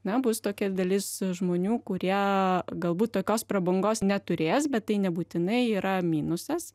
na bus tokia dalis žmonių kurie galbūt tokios prabangos neturės bet tai nebūtinai yra minusas